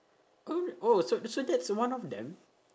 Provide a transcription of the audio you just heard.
oh oh so that's so that's one of them